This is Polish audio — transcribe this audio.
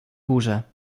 górze